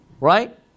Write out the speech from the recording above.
right